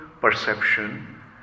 perception